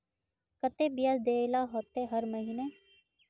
केते बियाज देल ला होते हर महीने?